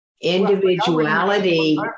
individuality